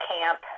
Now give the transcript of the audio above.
camp